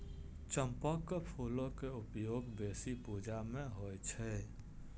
चंपाक फूलक उपयोग बेसी पूजा मे होइ छै